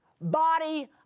body